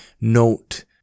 note